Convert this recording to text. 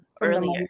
earlier